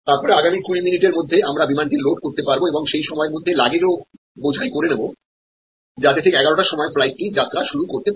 তারপর আগামী কুড়ি মিনিটের মধ্যে আমরা বিমানটি লোড করতেপারব এবং সেই সময়ের মধ্যে লাগেজও বোঝাই করে নেব যাতে ঠিকএগার টার সময় ফ্লাইটটি যাত্রা শুরু করতে পারে